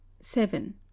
seven